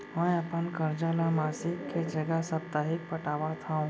मै अपन कर्जा ला मासिक के जगह साप्ताहिक पटावत हव